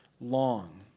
long